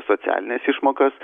socialines išmokas